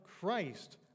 Christ